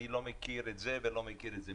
אני לא מכיר את זה ולא מכיר את זה,